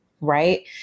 right